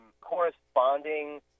corresponding